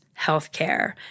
healthcare